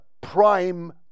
prime